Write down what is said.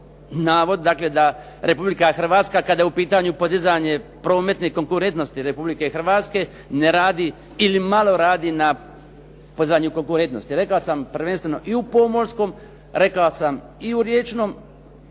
dakle da Republika Hrvatska kada je u pitanju podizanje prometne konkurentnosti Republike Hrvatske ne radi ili malo radi na podizanju konkurentnosti. Rekao sam prvenstveno i u pomorskom, rekao sam i u riječnom,